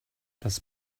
das